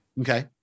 Okay